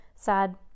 Sad